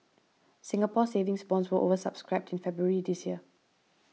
Singapore Saving Bonds were over subscribed in February this year